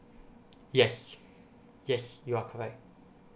yes yes you are correct